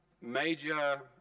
major